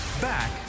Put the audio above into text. Back